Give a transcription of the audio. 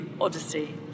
Odyssey